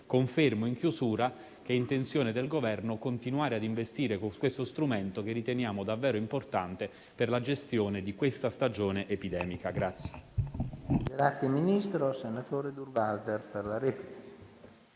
Confermo, in conclusione, che è intenzione del Governo continuare a investire in questo strumento, che riteniamo davvero importante per la gestione di questa stagione epidemica.